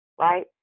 right